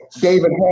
David